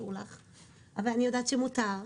אבל אני יודעת שמותר.